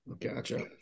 gotcha